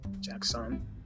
Jackson